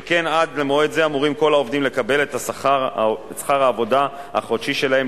שכן עד למועד זה אמורים כל העובדים לקבל את שכר העבודה החודשי שלהם,